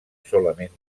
solament